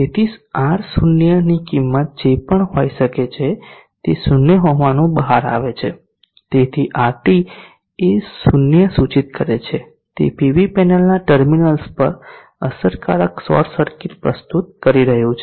તેથી R0 ની કિંમત જે પણ હોઈ શકે તે 0 હોવાનું બહાર આવે છે તેથી RT એ 0 સૂચિત કરે છે કે તે પીવી પેનલના ટર્મિનલ્સ પર અસરકારક શોર્ટ સર્કિટ પ્રસ્તુત કરી રહ્યું છે